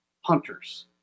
hunters